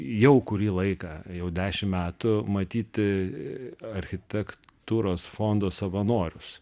jau kurį laiką jau dešim metų matyt architektūros fondo savanorius